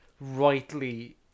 rightly